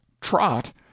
Trot